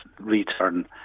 return